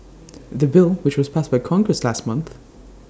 the bill which was passed by congress last month